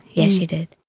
yeah she did.